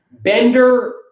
Bender